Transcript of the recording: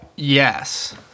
Yes